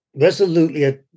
resolutely